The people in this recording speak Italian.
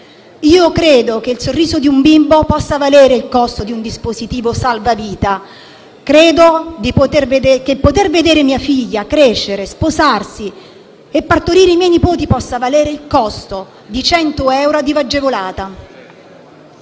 Io credo che il sorriso di un bambino possa valere il costo di un dispositivo salvavita. Credo che poter vedere mia figlia crescere, sposarsi e partorire i miei nipoti possa valere il costo di 100 euro a IVA agevolata.